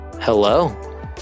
Hello